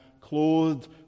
clothed